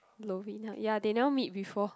Lovina ya they never meet before